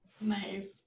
Nice